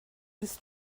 bis